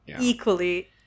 Equally